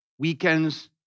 Weekends